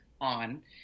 on